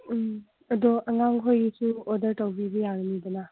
ꯎꯝ ꯑꯗꯣ ꯑꯉꯥꯡꯈꯣꯏꯒꯤꯁꯨ ꯑꯣꯗꯔ ꯇꯧꯕꯤꯕ ꯌꯥꯒꯅꯤꯗꯅ